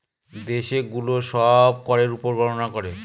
দেশে গুলো সব করের উপর গননা করে